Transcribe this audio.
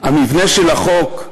החוק,